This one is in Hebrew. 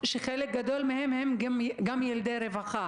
שחלק גדול מהם הם גם ילדי רווחה.